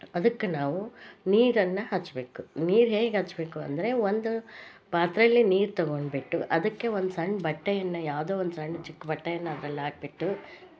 ಅದ್ಕ ನಾವು ನೀರನ್ನ ಹವ್ವಬೇಕು ನೀರು ಹೇಗೆ ಹಚ್ಚಬೇಕು ಅಂದರೆ ಒಂದು ಪಾತ್ರೇಲಿ ನೀರು ತಗೊಂಡ್ಬಿಟ್ಟು ಅದ್ಕೆ ಒಂದು ಸಣ್ಣ ಬಟ್ಟೆಯನ್ನ ಯಾವುದೋ ಒಂದು ಸಣ್ಣ ಚಿಕ್ಕ ಬಟ್ಟೆಯನ್ನ ಅದ್ರಲ್ಲಿ ಹಾಕ್ಬಿಟ್ಟು